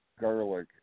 garlic